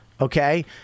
okay